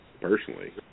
Personally